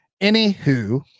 Anywho